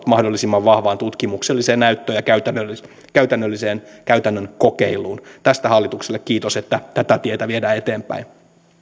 mahdollisimman vahvaan tutkimukselliseen näyttöön ja käytännölliseen käytännölliseen käytännön kokeiluun tästä hallitukselle kiitos että tätä tietä viedään eteenpäin